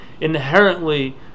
Inherently